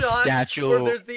statue